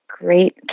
great